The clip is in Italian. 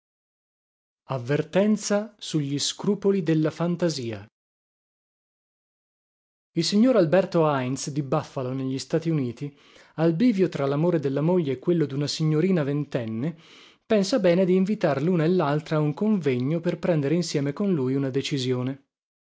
avvertenza sugli scrupoli della fantasia il signor alberto heintz di buffalo negli stati uniti al bivio tra lamore della moglie e quello duna signorina ventenne pensa bene di invitar luna e laltra a un convegno per prendere insieme con lui una decisione